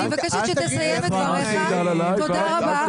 תודה רבה.